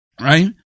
right